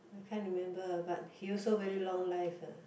I can't remember but he also very long life ah